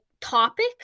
topic